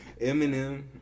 Eminem